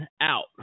Out